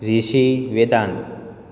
Rishi Vedanta